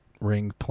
ring